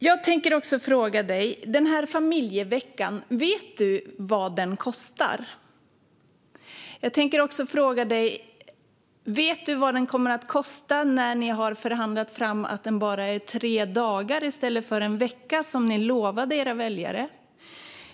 Jag tänker fråga dig: Vet du vad familjeveckan kostar? Jag tänker också fråga dig: Vet du vad den kommer att kosta när ni har förhandlat fram att den bara är tre dagar i stället för en vecka, som ni lovade era väljare?